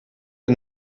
der